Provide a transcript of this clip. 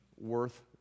worth